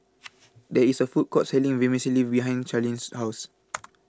There IS A Food Court Selling Vermicelli behind Charline's House